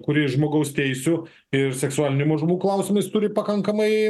kurį žmogaus teisių ir seksualinių mažumų klausimais turi pakankamai